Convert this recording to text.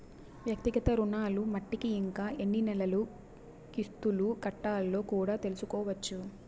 వ్యక్తిగత రుణాలు మట్టికి ఇంకా ఎన్ని నెలలు కిస్తులు కట్టాలో కూడా తెల్సుకోవచ్చు